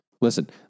Listen